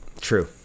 True